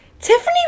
Tiffany